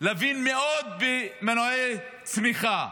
להבין מאוד במנועי צמיחה,